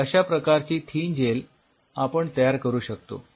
तर अश्या प्रकारची थीन जेल आपण तयार करू शकतो